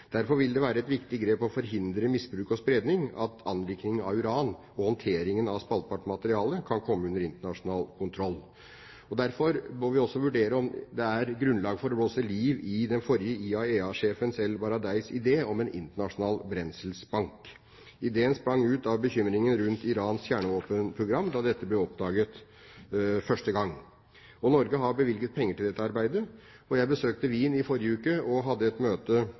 Derfor vil det være et viktig grep for å forhindre misbruk og spredning at anriking av uran og håndtering av spaltbart materiale kan komme under internasjonal kontroll. Vi bør derfor også vurdere om det er grunnlag for å blåse liv i den forrige IAEA-sjefen ElBaradeis idé om en internasjonal brenselsbank. Ideen sprang ut av bekymringen rundt Irans kjernevåpenprogram da dette ble oppdaget første gang. Norge har bevilget penger til dette arbeidet. Jeg besøkte Wien i forrige uke og hadde et møte